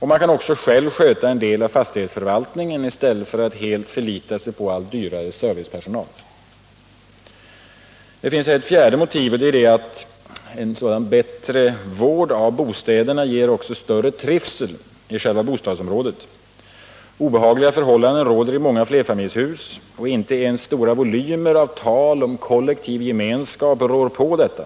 Man kan också själv sköta en del av fastighetsförvaltningen i stället för att helt förlita sig på allt dyrare servicepersonal. För det fjärde: Bättre vård av bostäderna ger också större trivsel i själva bostadsområdet. Obehagliga förhållanden råder i många flerfamiljshus, och Nr 66 inte ens stora volymer av tal om ”kollektiv gemenskap” rår på detta.